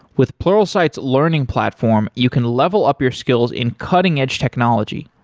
with pluralsight's learning platform, you can level up your skills in cutting edge technology,